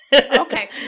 okay